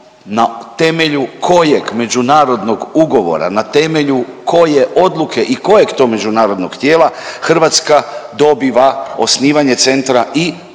na temelju kojeg međunarodnog ugovora, na temelju koje odluke i kojeg to međunarodnog tijela Hrvatska dobiva osnivanje centra i rukovodeću